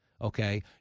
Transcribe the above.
okay